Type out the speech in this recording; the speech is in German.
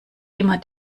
immer